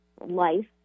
life